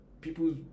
people